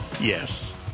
Yes